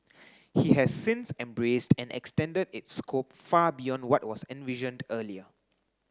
he has since embraced and extended its scope far beyond what was envisioned earlier